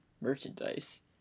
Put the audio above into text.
merchandise